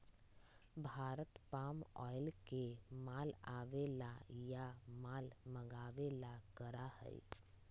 Bharat palm oil के माल आवे ला या माल मंगावे ला करा हई